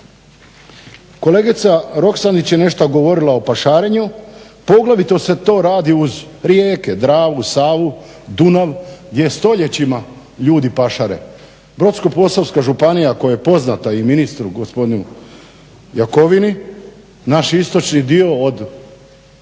Kolegica Roksandić je nešto govorila o pašarenju, poglavito se to radi uz rijeke Dravu, Savu, Dunav gdje stoljećima ljudi pašare. Brodsko-posavska županija koja je poznata i ministru gospodinu Jakovini naš istočni dio od